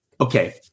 okay